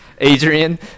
Adrian